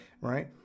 right